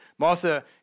Martha